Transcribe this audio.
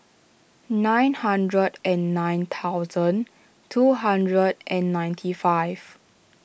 nine hundred and nine thousand two hundred and ninety five